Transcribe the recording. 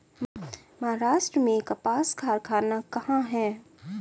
महाराष्ट्र में कपास कारख़ाना कहाँ है?